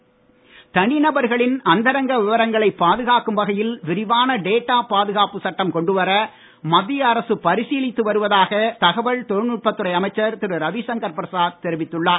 data தனிநபர்களின் அந்தரங்க விவரங்களை பாதுகாக்கும் வகையில் விரிவான டேட்டா பாதுகாப்பு சட்டம் கொண்டு வர மத்திய அரசு பரிசீலித்து வருவதாக தகவல் தொழில்நுட்பத் துறை அமைச்சர் திரு ரவிசங்கர் பிரசாத் தெரிவித்துள்ளார்